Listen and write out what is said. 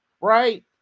right